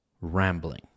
rambling